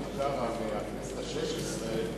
מהכנסת השש-עשרה,